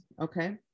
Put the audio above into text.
Okay